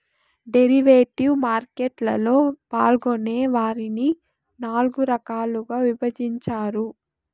derivative market లలో పాల్గొనే వారిని నాల్గు రకాలుగా విభజించారు